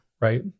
right